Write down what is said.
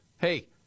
hey